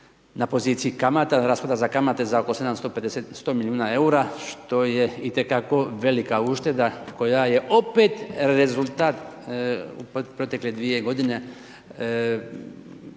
na poziciji kamata, rashoda za kamate za oko 750, 100 milijuna EUR-a što je i te kako velika ušteda koja je opet rezultat u protekle dvije godine